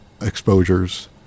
exposures